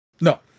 no